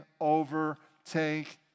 overtake